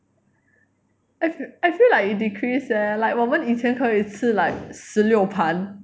I f~ I feel like it decrease leh like 我们以前可以吃 like 十六盘